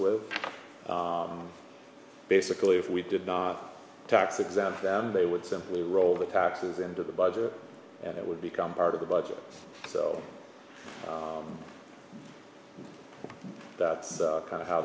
with basically if we did not tax exempt them they would simply roll the taxes into the budget and it would become part of the budget so that's kind of how